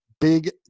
Big